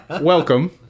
Welcome